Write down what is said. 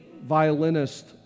violinist